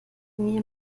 mir